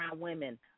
women